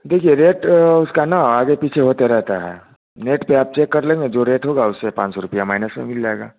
देखिए रेट उसका ना आगे पीछे होते रहता है नेट पर आप चेक कर लेंगे जो रेट होगा उससे पाँच सौ रुपया माइनस में मिल जाएगा